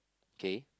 okay